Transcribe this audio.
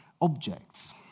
objects